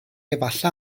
efallai